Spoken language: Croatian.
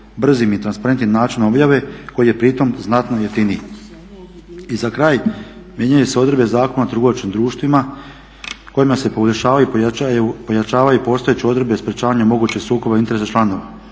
brzim i transparentnim načinom objave koji je pri tome znatno jeftiniji. I za kraj, mijenjaju se odredbe Zakona o trgovačkim društvima kojima se poboljšavaju i pojačavaju postojeće odredbe sprječavanja mogućih sukoba interesa članova